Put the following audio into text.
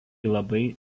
labai